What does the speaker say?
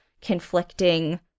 conflicting